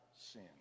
sin